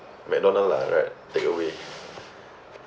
McDonald lah right takeaway